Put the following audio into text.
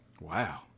Wow